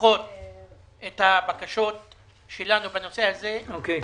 לדחות את הבקשות שלנו בנושא הזה היא